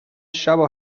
شبو